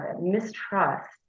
mistrust